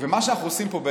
מה שאנחנו עושים פה,